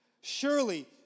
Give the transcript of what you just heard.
Surely